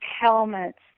helmets